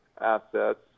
assets